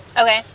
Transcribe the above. Okay